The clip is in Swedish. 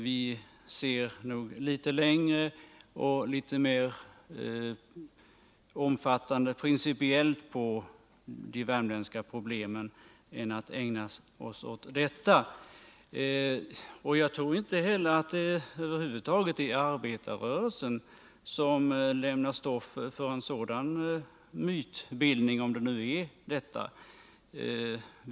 Vi ser nog litet mer långsiktigt och principiellt på de värmländska problemen för att ägna oss åt sådant. Jagtror inte heller att det är arbetarrörelsen som lämnar stoff för en sådan mytbildning — om det nu rör sig om det.